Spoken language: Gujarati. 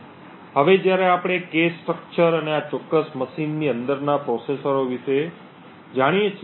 હવે જ્યારે આપણે cache સ્ટ્રક્ચર અને આ ચોક્કસ મશીનની અંદરના પ્રોસેસરો વિશે જાણીએ છીએ